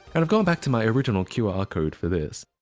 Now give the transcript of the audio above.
and i've gone back to my original qr code for this.